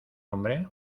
hombre